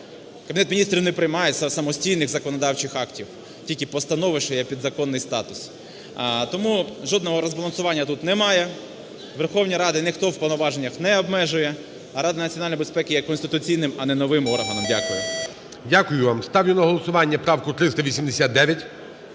Кабінет Міністрів не приймає самостійних законодавчих актів, тільки постанови, що є підзаконний статус. Тому жодного розбалансування тут немає. Верховну Раду ніхто в повноваженнях не обмежує. А Рада Національної безпеки є конституційним, а не новим органом. Дякую. ГОЛОВУЮЧИЙ. Дякую вам. Ставлю на голосування правку 389.